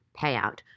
payout